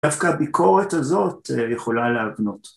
דווקא הביקורת הזאת יכולה להבנות.